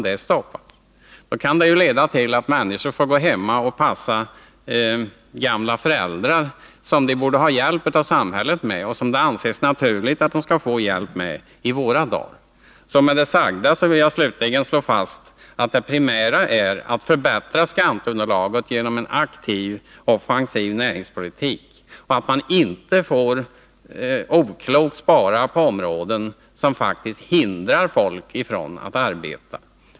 Det kan leda till att människor får gå hemma och passa gamla föräldrar, vilket de borde ha hjälp av samhället med; det anses ju naturligt i våra dagar. Med det sagda vill jag slutligen slå fast att det primära är att förbättra skatteunderlaget genom en aktiv, offensiv näringspolitik. Man får inte spara på ett så oklokt sätt att man faktiskt hindrar folk att arbeta.